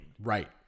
right